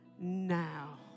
now